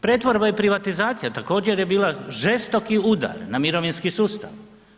Pretvorba i privatizacija također je bila žestoki udar na mirovinski sustav.